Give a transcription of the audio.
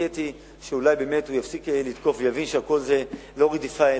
חיכיתי שאולי באמת הוא יפסיק לתקוף ויבין שהכול זה לא רדיפה,